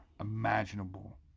imaginable